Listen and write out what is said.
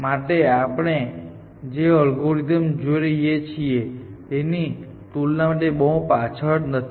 માટે આપણે જે અલ્ગોરિધમ જોઈ રહ્યા છીએ તેની તુલનામાં તે બહુ પાછળ નથી